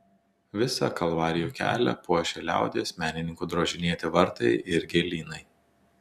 visą kalvarijų kelią puošia liaudies menininkų drožinėti vartai ir gėlynai